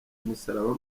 umusaraba